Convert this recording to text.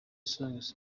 songz